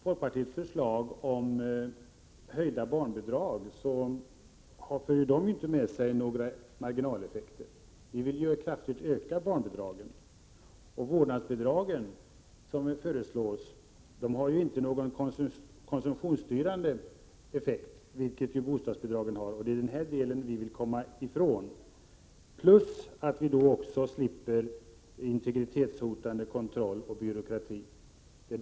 Folkpartiets förslag om höjda barnbidrag för inte med sig några marginaleffekter. Vi vill kraftigt öka barnbidragen. Vårdnadsbidragen som föreslås har inte någon konsumtionsstyrande effekt, vilket bostadsbidragen har. Det är den delen vi vill komma ifrån. Dessutom slipper vi på det sättet integritetshotande kontroll och byråkrati.